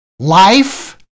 Life